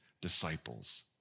disciples